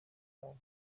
lawn